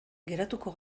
geratuko